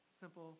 simple